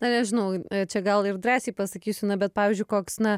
na nežinau čia gal ir drąsiai pasakysiu na bet pavyzdžiui koks na